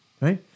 Right